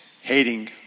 hating